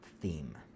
theme